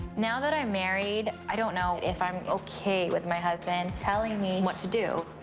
now that i'm married, i don't know if i'm okay with my husband telling me what to do.